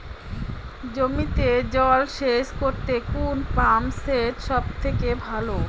জমিতে জল সেচ করতে কোন পাম্প সেট সব থেকে ভালো?